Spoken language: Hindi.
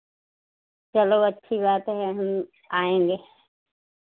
चलो अच्छी बात है हम आएँगे